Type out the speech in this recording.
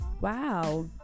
Wow